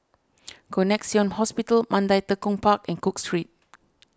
Connexion Hospital Mandai Tekong Park and Cook Street